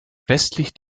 westlich